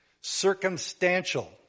Circumstantial